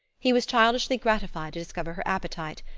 he was childishly gratified to discover her appetite,